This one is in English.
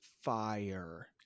fire